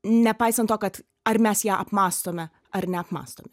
nepaisant to kad ar mes ją apmąstome ar neapmąstome